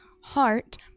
heart